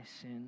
sin